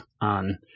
on